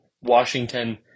Washington